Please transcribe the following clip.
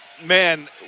man